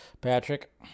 Patrick